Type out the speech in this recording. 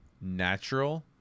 natural